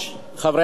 רבותי השרים,